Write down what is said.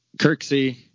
Kirksey